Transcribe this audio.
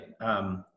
right